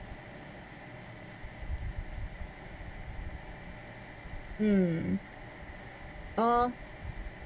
mm uh